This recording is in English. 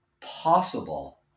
possible